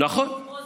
ועדת דברת,